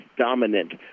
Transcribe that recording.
dominant